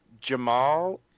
jamal